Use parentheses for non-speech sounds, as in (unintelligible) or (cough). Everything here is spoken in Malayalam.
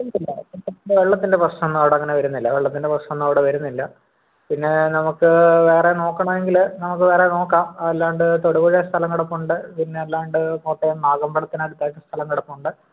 (unintelligible) വെള്ളത്തിൻ്റെ പ്രശ്നം ഒന്നും അവിടെ അങ്ങനെ വരുന്നില്ല വെള്ളത്തിൻ്റെ പ്രശ്നമൊന്നും അവിടെ വരുന്നില്ല പിന്നെ നമുക്ക് വേറെ നോക്കണമെങ്കിൽ നമുക്ക് വേറെ നോക്കാം അല്ലാണ്ട് തൊടുപുഴയിൽ സ്ഥലം കിടപ്പുണ്ട് പിന്നെ അല്ലാണ്ട് കോട്ടയം നാഗമ്പലത്തിനടുത്തായിട്ട് സ്ഥലം കിടപ്പുണ്ട്